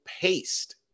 paste